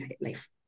life